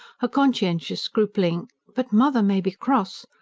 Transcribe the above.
her conscientious scrupling but mother may be cross!